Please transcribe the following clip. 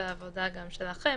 וגם שלכם